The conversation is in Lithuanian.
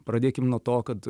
pradėkim nuo to kad